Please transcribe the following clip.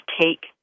take